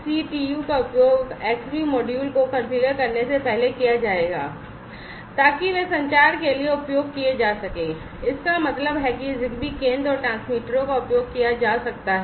इसलिए XCTU का उपयोग Xbee मॉड्यूल को कॉन्फ़िगर करने से पहले किया जाएगा ताकि वे संचार के लिए उपयोग किए जा सकें इसका मतलब है कि ZigBee केंद्र और ट्रांसमीटरों का उपयोग किया जा सकता है